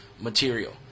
material